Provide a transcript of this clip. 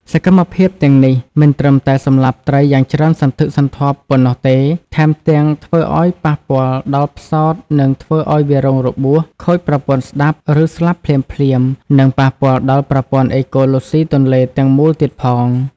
សកម្មភាពទាំងនេះមិនត្រឹមតែសម្លាប់ត្រីយ៉ាងច្រើនសន្ធឹកសន្ធាប់ប៉ុណ្ណោះទេ ថែមទាំងធ្វើឲ្យប៉ះពាល់ដល់ផ្សោត ធ្វើឲ្យវារងរបួស ខូចប្រព័ន្ធស្តាប់ ឬស្លាប់ភ្លាមៗ និងប៉ះពាល់ដល់ប្រព័ន្ធអេកូឡូស៊ីទន្លេទាំងមូលទៀតផង។